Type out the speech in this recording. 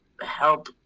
help